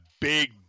big